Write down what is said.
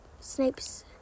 Snape's